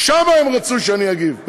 שם הם רצו שאני אגיב,